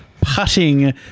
putting